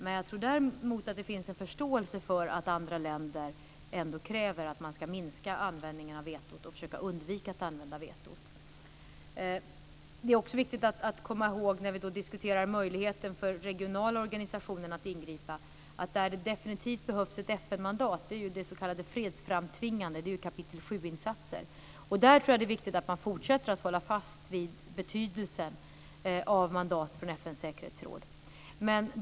Däremot tror jag att det finns en förståelse för att andra länder kräver att man ska minska användningen av vetot och försöka undvika användningen av vetot. När vi diskuterar möjligheten för regionala organisationer att ingripa är det viktigt att komma ihåg att det definitivt behövs ett FN-mandat vid s.k. fredsframtvingande åtgärder, s.k. kapitel 7-insatser. Där är det viktigt att fortsätta att hålla fast vid betydelsen av mandat från FN:s säkerhetsråd.